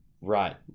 Right